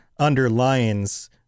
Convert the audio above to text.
underlines